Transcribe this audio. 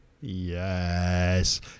Yes